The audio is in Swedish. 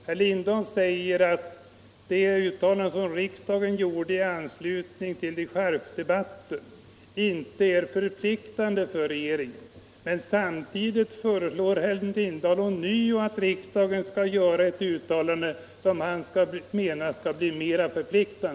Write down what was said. Herr Lindahl säger att det uttalande som riksdagen gjorde i anslutning till dechargedebatten inte är förpliktande för regeringen. Men samtidigt föreslår herr Lindahl att riksdagen ånyo gör ett uttalande som han menar skall bli mera förpliktande.